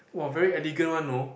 wow very elegant one know